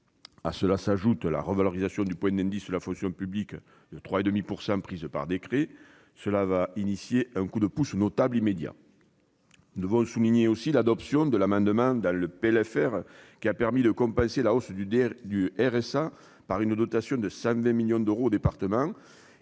ou encore la revalorisation du point d'indice de la fonction publique de 3,5 % par décret. Tout cela constitue un coup de pouce notable et immédiat. Nous devons aussi souligner l'adoption de l'amendement au PLFR qui a permis de compenser la hausse du RSA par une dotation de 120 millions d'euros aux départements.